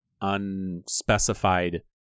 unspecified